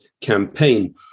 campaign